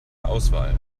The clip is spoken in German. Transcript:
auswahl